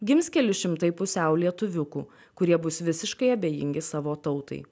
gims keli šimtai pusiau lietuviukų kurie bus visiškai abejingi savo tautai